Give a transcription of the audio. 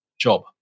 job